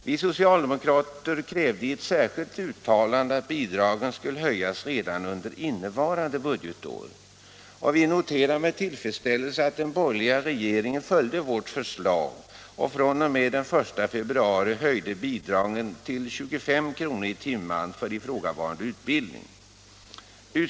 Vi krävde i ett särskilt uttalande att bidragen skulle höjas redan under innevarande budgetår, och vi noterar med tillfredsställelse att den borgerliga regeringen följde vårt förslag och höjde bidragen till 25 kr. per timme för ifrågavarande utbildning fr.o.m. den 1 februari.